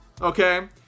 Okay